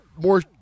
more